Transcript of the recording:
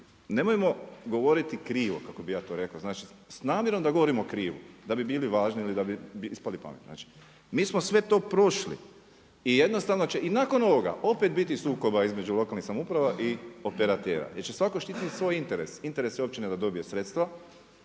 nemojmo govoriti krivo, kako bi ja to rekao, znači s namjerom da govorimo krivo, da bi bili važni, ili da bi ispali pametni. Mi smo sve to prošli i jednostavno će nakon ovoga opet biti sukoba između lokalnih samouprava i operatera jer će svatko štititi svoj interes, interes je općine da dobije sredstva